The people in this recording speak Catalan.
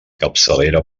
capçalera